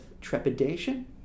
trepidation